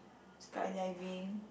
skydiving